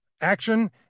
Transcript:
action